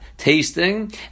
Tasting